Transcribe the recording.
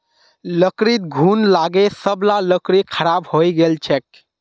लकड़ीत घुन लागे सब ला लकड़ी खराब हइ गेल छेक